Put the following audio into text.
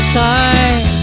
time